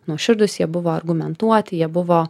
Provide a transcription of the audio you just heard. nuoširdūs jie buvo argumentuoti jie buvo